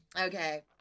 Okay